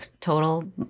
total